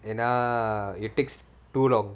and err it takes too long